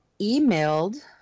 emailed